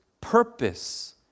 purpose